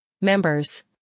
Members